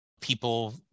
people